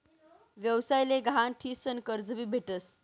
व्यवसाय ले गहाण ठीसन कर्ज भी भेटस